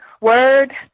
word